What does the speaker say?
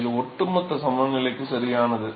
இது ஒட்டுமொத்த சமநிலைக்கு சரியானது